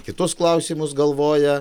kitus klausimus galvoja